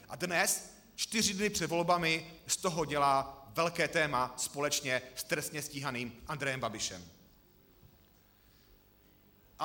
A dnes, čtyři dny před volbami, z toho dělá velké téma společně s trestně stíhaným Andrejem Babišem.